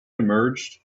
emerged